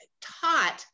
taught